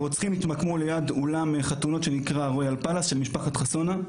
הרוצחים התמקמו ליד אולם חתונות שנקרא "רויאל פאלס" של משפחת חסונה,